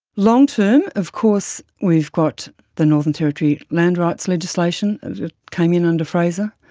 long term of course we've got the northern territory land rights legislation that came in under fraser.